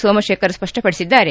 Somashekhar ಸ್ಪಷ್ಪಪಡಿಸಿದ್ದಾರೆ